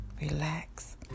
relax